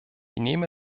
nehme